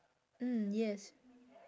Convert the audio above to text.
mm yes